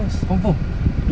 confirm